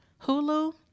Hulu